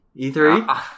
E3